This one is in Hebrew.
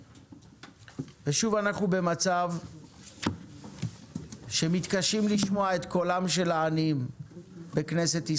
ושוב אנחנו במצב שמתקשים לשמוע את קולם של העניים בכנסת.